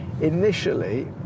initially